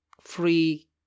free